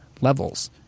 levels